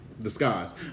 Disguise